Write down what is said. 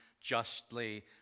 justly